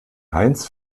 heinz